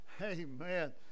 Amen